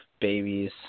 babies